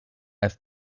have